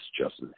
justice